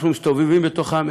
אנחנו מסתובבים בתוכם,